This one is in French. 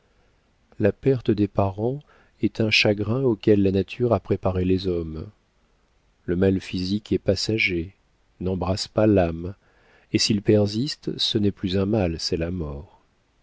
la perte des parents est un chagrin auquel la nature a préparé les hommes le mal physique est passager n'embrasse pas l'âme et s'il persiste ce n'est plus un mal c'est la mort